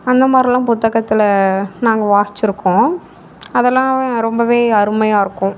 அந்த மாதிரில்லாம் புத்தகத்தில் நாங்கள் வாசிச்சுருக்கோம் அதெல்லாம் ரொம்பவே அருமையாக இருக்கும்